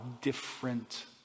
different